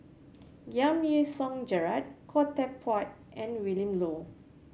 Giam Yean Song Gerald Khoo Teck Puat and Willin Low